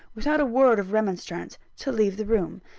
without a word of remonstrance, to leave the room.